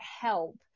help